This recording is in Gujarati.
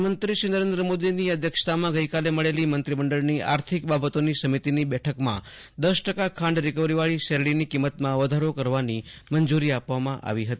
પ્રધાનમંત્રી નરેન્દ્ર મોદીની અધ્યક્ષતામાં આજે મળેલી મંત્રીમંડળની આર્થિક બાબતોની સમિતિની બેઠકમાં દસ ટકા ખાંડ રીકવરીવાળા શેરડીની કિંમતમાં વધારો કરવાની મંજૂરી આપવામાં આવી હતી